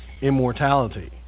immortality